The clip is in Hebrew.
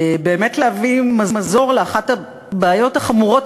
באמת להביא מזור לאחת הבעיות החמורות